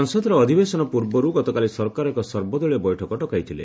ସଂସଦର ଅଧବବେଶନ ପୂର୍ବରୁ ଗତକାଲି ସରକାର ଏକ ସର୍ବଦଳୀୟ ବୈଠକ ଡକାଇଥିଲେ